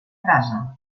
casa